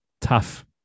tough